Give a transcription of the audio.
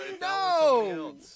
No